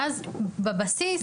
ואז בבסיס